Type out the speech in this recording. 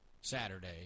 Saturday